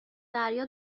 دریا